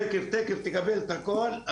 תיכף תקבל את הכל.